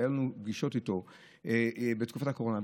היו לנו פגישות איתו בתקופת הקורונה,